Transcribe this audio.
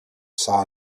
saw